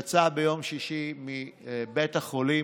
יצא ביום שישי מבית החולים,